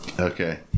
Okay